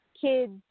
kids